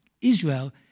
Israel